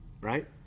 right